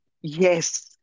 Yes